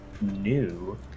new